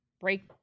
break